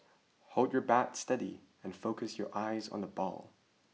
hold your bat steady and focus your eyes on the ball